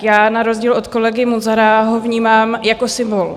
Já na rozdíl od kolegy Munzara ho vnímám jako symbol.